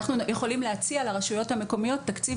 אנחנו יכולים להציע לרשויות המקומיות תקציב